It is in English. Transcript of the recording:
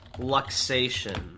luxation